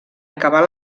acabar